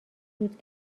سود